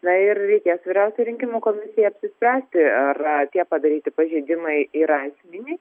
na ir reikės vyriausiajai rinkimų komisijai apsispręsti ar tie padaryti pažeidimai yra esminiai